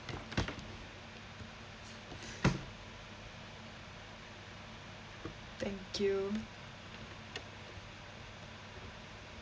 thank you